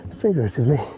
figuratively